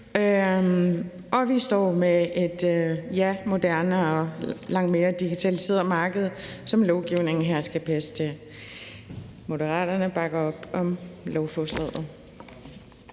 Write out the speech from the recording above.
og vi står med et moderne og langt mere digitaliseret marked, som lovgivningen her skal passe til. Moderaterne bakker op om lovforslaget.